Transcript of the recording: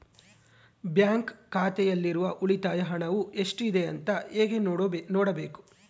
Bank ಖಾತೆಯಲ್ಲಿರುವ ಉಳಿತಾಯ ಹಣವು ಎಷ್ಟುಇದೆ ಅಂತ ಹೇಗೆ ನೋಡಬೇಕು?